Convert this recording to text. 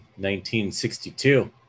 1962